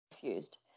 confused